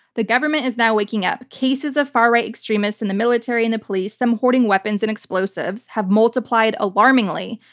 the government is now waking up. cases of far-right extremists in the military and the police, some hoarding weapons and explosives, have multiplied alarmingly.